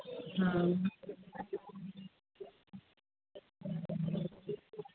ہاں